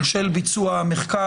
של ביצוע המחקר.